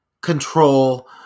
control